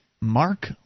Mark